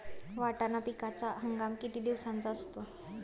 वाटाणा पिकाचा हंगाम किती दिवसांचा असतो?